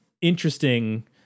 interesting